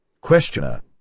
Questioner